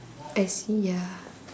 I see ya